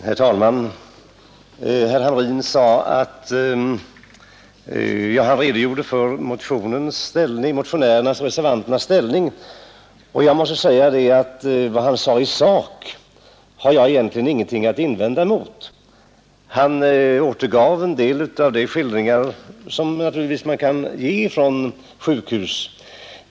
Herr talman! Herr Hamrin redogjorde för motionärernas och reservanternas ställning. Jag har egentligen ingenting att invända emot vad han sade i sak. Han återgav en del skildringar ifrån sjukhus.